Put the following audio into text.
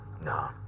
no